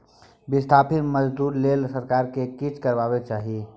बिस्थापित मजदूर लेल सरकार केँ किछ करबाक चाही